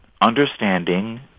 understanding